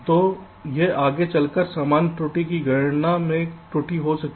तो यह आगे चलकर समय त्रुटि और गणना में कुछ त्रुटि हो सकती है